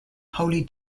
wholly